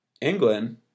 England